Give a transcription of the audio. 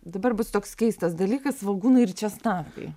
dabar bus toks keistas dalykas svogūnai ir česnakai